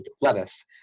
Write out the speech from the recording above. lettuce